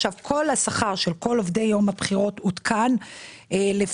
כל השכר של כל עובדי יום הבחירות עודכן לפי